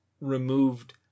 removed